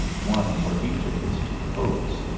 one for each of his two coats,